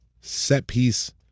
set-piece